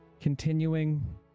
continuing